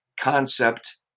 concept